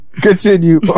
continue